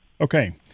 Okay